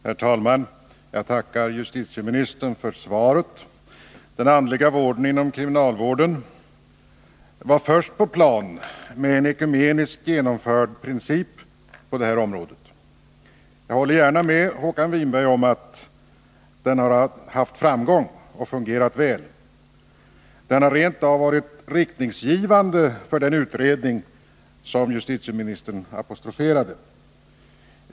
Herr talman! Jag tackar justitieministern för svaret. Den andliga vården inom kriminalvården var först på plan med en ekumeniskt genomförd princip på det här området. Jag håller gärna med Håkan Winberg om att den har haft framgång och fungerat väl. Den har rent av varit riktningsgivande för den utredning som justitieministern apostroferade.